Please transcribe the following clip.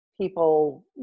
people